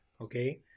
okay